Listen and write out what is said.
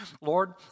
Lord